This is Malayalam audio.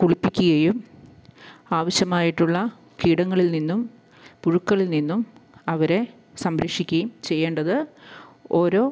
കുളിപ്പിക്കുകയും ആവശ്യമായിട്ടുള്ള കീടങ്ങളിൽ നിന്നും പുഴുക്കളിൽ നിന്നും അവരെ സംരക്ഷിക്കുകയും ചെയ്യേണ്ടത് ഓരോ